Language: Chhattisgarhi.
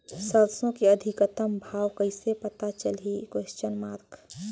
सरसो के अधिकतम भाव कइसे पता चलही?